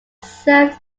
served